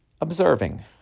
observing